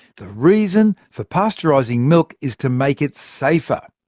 the reason for pasteurising milk is to make it safer.